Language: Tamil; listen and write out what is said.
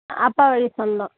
அப்பா வழி சொந்தம்